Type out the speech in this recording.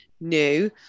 new